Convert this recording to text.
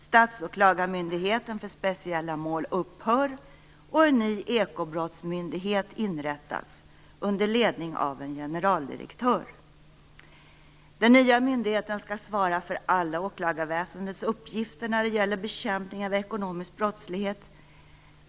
Statsåklagarmyndigheten för speciella mål upphör, och en ny ekobrottsmyndighet inrättas under ledning av en generaldirektör. Den nya myndigheten skall svara för alla åklagarväsendets uppgifter när det gäller bekämpning av ekonomisk brottslighet.